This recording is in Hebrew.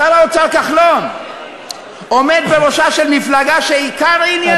שר האוצר כחלון עומד בראשה של מפלגה שעיקר ענייניה,